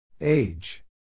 Age